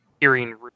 hearing